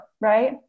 Right